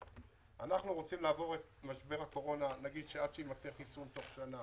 לעבור את תקופת הקורונה עד שיימצא חיסון,